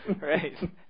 Right